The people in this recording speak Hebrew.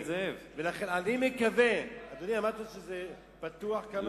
חבר הכנסת זאב, אדוני, אמרת שזה פתוח כמה שרוצים.